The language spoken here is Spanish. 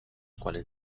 cuales